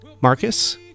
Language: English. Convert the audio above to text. Marcus